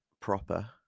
proper